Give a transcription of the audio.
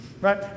right